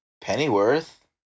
Pennyworth